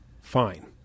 Fine